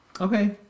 Okay